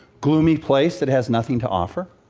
gloomy place that has nothing to offer?